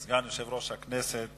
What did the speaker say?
סגן יושב-ראש הכנסת,